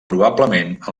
probablement